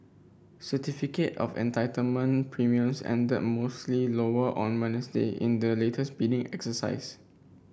certificate of Entitlement premiums ended mostly lower on Wednesday in the latest bidding exercise